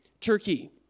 Turkey